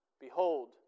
Behold